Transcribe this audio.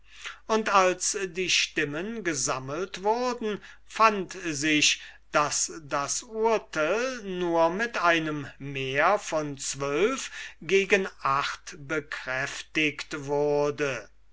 und als die stimmen gesammelt wurden fand sich daß das urtel nur mit einem mehr von zwölf gegen acht bekräftigt wurde